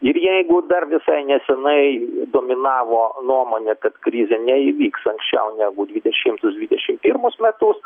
ir jeigu dar visai nesenai dominavo nuomonė kad krizė neįvyks anksčiau negu dvidešimtus dvidešim pirmus metus